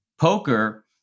poker